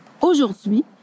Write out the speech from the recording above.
Aujourd'hui